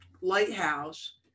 lighthouse